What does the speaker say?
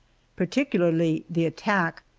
particularly the attack,